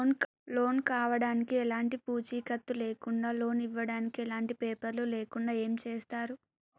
Loan కావడానికి ఎలాంటి పూచీకత్తు లేకుండా లోన్ ఇవ్వడానికి ఎలాంటి పేపర్లు లేకుండా ఏం చేస్తారు?